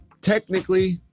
technically